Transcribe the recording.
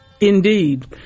indeed